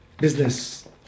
business